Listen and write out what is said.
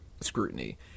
scrutiny